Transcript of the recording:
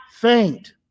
faint